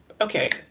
okay